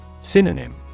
Synonym